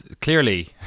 clearly